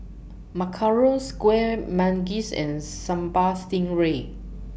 Macarons Kueh Manggis and Sambal Stingray